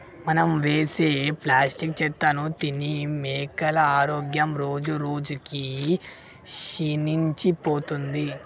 మనం వేసే ప్లాస్టిక్ చెత్తను తిని మేకల ఆరోగ్యం రోజురోజుకి క్షీణించిపోతుంది